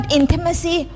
intimacy